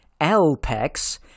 Alpex